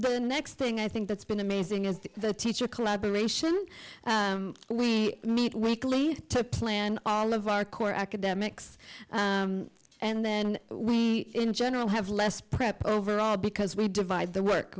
the next thing i think that's been amazing is that the teacher collaboration we meet weekly to plan all of our core academics and then we in general have less prep overall because we divide the work